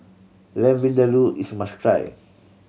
Lamb Vindaloo is must try